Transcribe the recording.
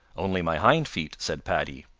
only my hind feet, said paddy.